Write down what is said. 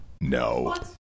no